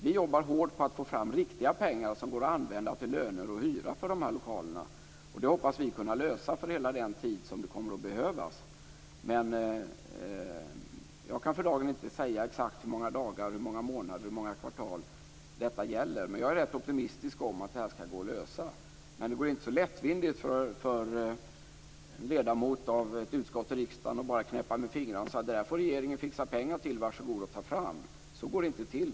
Vi jobbar hårt på att få fram riktiga pengar som går att använda till löner och hyra för dessa lokaler, och det hoppas vi kunna lösa för hela den tid som det kommer att behövas. Jag kan för dagen inte säga exakt hur många dagar, månader och kvartal detta gäller, men jag är rätt optimistisk när det gäller att det skall gå att lösa. Men det är inte så lättvindigt att en ledamot av ett utskott i riksdagen bara kan knäppa med fingrarna och säga att regeringen får fixa pengar till detta. Varsågod att ta fram pengar! Så går det inte till.